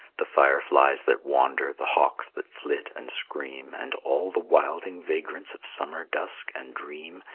the fireflies that wander, the hawks that flit and scream, and all the wilding vagrants of summer dusk and dream,